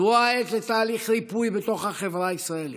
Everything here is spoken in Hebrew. זו העת לתהליך ריפוי בתוך החברה הישראלית.